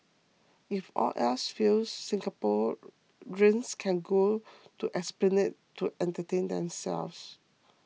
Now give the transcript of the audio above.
if all else fails Singaporeans can go to Esplanade to entertain themselves